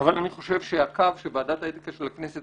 אבל אני חושב שהקו שוועדת האתיקה של הכנסת